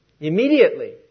immediately